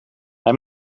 hij